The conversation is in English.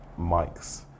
mics